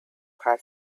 had